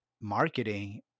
Marketing